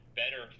better